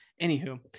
Anywho